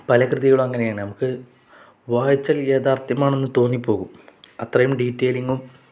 പല കൃതികളും അങ്ങനെയാണ് നമുക്ക് വായിച്ചൽ യഥാർത്ഥ്യമാണെന്ന് തോന്നിപ്പോകും അത്രയും ഡീറ്റെലിങ്ങും